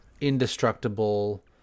indestructible